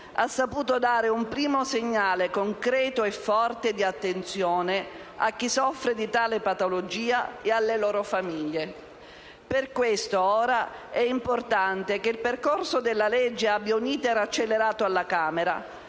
ha saputo dare un primo segnale concreto e forte di attenzione a chi soffre di tale patologia e alle loro famiglie. Per questo ora è importante che il percorso della legge abbia un *iter* accelerato alla Camera,